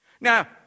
Now